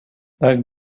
that